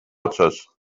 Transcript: otsas